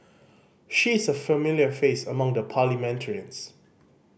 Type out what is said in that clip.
she is a familiar face among the parliamentarians